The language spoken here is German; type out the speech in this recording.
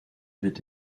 wird